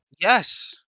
Yes